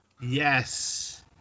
Yes